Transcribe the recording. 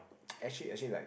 actually actually like